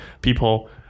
people